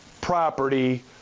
property